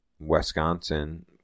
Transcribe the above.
Wisconsin